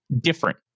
different